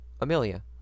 Amelia